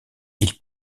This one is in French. ils